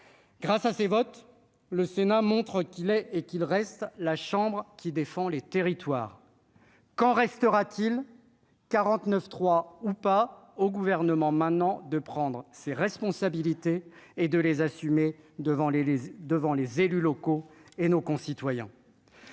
grâce à ses votes le Sénat montre qu'il est et qu'il reste la chambre qui défend les territoires qu'en restera-t-il 49 3 ou pas au gouvernement maintenant de prendre ses responsabilités et de les assumer devant les devant les élus locaux et nos concitoyens.